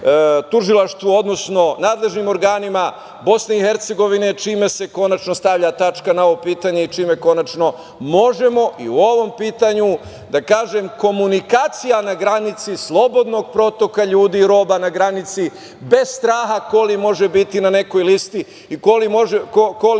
odnosno nadležnim organima BiH, čime se konačno stavlja tačka na ovo pitanje i čime konačno možemo i u ovom pitanju, da kažem, komunikacija na granici slobodnog protoka ljudi i roba na granici, bez straha ko li može biti na nekoj listi i ko li može